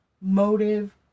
motive